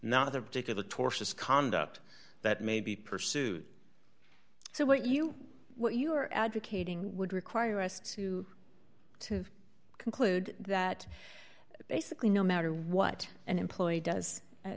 other particular tortious conduct that may be pursued so what you what you are advocating would require us to to conclude that basically no matter what an employee does